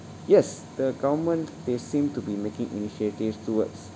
yes the government they seem to be making initiatives towards